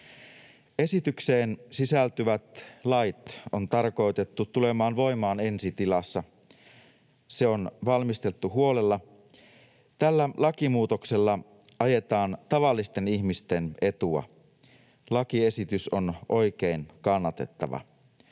Esitykseen sisältyvät lait on tarkoitettu tulemaan voimaan ensi tilassa. Se on valmisteltu huolella. Tällä lakimuutoksella ajetaan tavallisten ihmisten etua. Lakiesitys on oikein kannatettava.